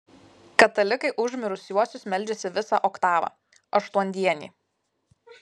katalikai už mirusiuosius meldžiasi visą oktavą aštuondienį